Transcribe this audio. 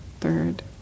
third